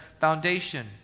foundation